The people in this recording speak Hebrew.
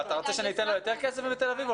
אבל אתה רוצה שאניאתן לו יותר כסף מאשר לתל אביב?